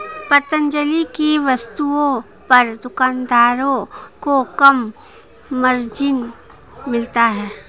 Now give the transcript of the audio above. पतंजलि की वस्तुओं पर दुकानदारों को कम मार्जिन मिलता है